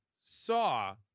saw